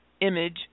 image